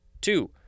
Two